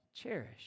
cherish